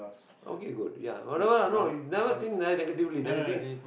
okay good ya whatever lah know never think ne~ negatively ne~ negative